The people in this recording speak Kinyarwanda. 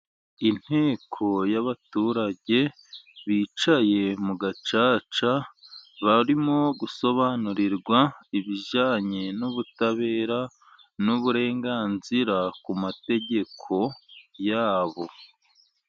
Inteko y'abaturage bicaye mu gacaca, barimo gusobanurirwa ibijyanye n'ubutabera n'uburenganzira ku mategeko yabo.